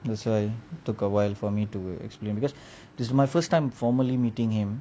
that's why I took awhile for me to explain because this is my first time formerly meeting him